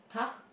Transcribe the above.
!huh!